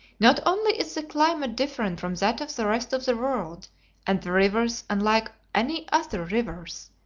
not only is the climate different from that of the rest of the world and the rivers unlike any other rivers,